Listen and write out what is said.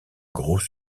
gros